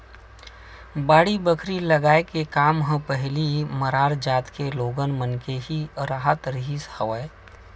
बाड़ी बखरी लगाए के काम ह पहिली मरार जात के लोगन मन के ही राहत रिहिस हवय